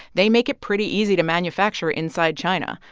they make it pretty easy to manufacture inside china.